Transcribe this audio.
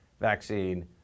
vaccine